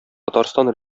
татарстан